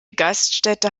gaststätte